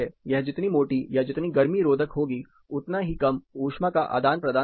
यह जितनी मोटी या जितनी गर्मी रोधक होगी उतना ही कम उष्मा का आदान प्रदान होगा